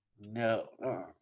No